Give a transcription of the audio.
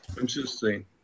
Interesting